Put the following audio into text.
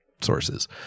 sources